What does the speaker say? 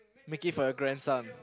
make it for your grandson